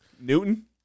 Newton